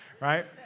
right